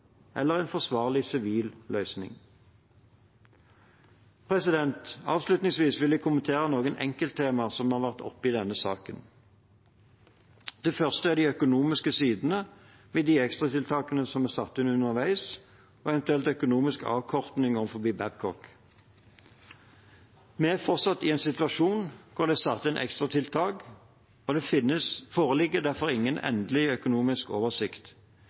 eller en forsvarlig sivil løsning. Avslutningsvis vil jeg kommentere noen enkelttema som har vært oppe i denne saken: Det første er de økonomiske sidene ved de ekstratiltakene som er satt inn underveis, og eventuell økonomisk avkorting overfor Babcock. Vi er fortsatt i en situasjon hvor det er satt inn ekstratiltak, og det foreligger derfor ingen endelig økonomisk oversikt.